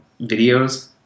videos